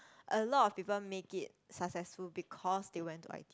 a lot of people make it successful because they went to i_t_e